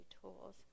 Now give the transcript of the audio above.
tools